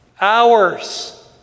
hours